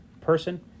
person